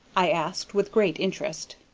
i asked, with great interest.